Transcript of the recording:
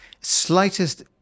slightest